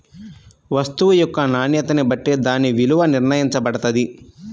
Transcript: వస్తువు యొక్క నాణ్యతని బట్టే దాని విలువ నిర్ణయించబడతది